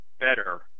better